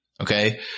Okay